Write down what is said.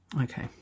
Okay